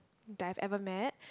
that I've ever met